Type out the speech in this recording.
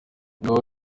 ngaho